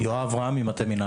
היו לנו בדיוק אותם תנאים